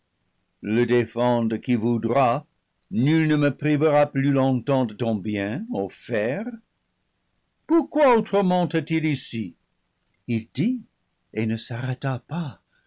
le dé fende qui voudra nul ne me privera plus longtemps de ton bien offert pourquoi autrement est-il ici il dit et ne s'arrêta pas